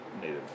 native